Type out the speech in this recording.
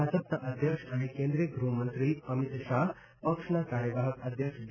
ભાજપના અધ્યક્ષ અને કેન્દ્રિય ગૃહમંત્રી અમીત શાહ પક્ષના કાર્યવાહક અધ્યક્ષ જે